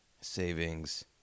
savings